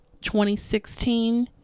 2016